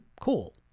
cool